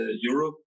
Europe